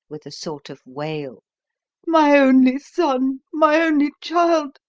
with a sort of wail my only son my only child.